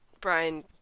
Brian